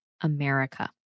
America